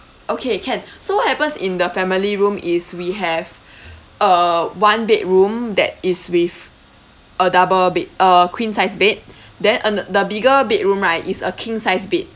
okay can so what happens in the family room is we have uh one bedroom that is with a double bed uh queen size bed then uh the bigger bedroom right is a king sized bed